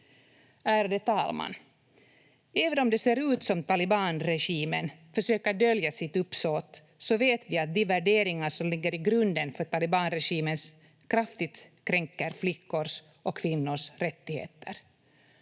Ärade talman! Även om det ser ut som talibanregimen försöker dölja sitt uppsåt, så vet vi att de värderingar som ligger i grunden för talibanregimen kraftigt kränker flickors och kvinnors rättigheter.